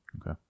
Okay